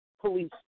police